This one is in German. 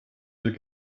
will